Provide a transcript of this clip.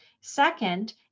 Second